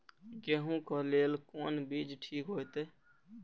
गेहूं के लेल कोन बीज ठीक होते?